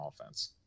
offense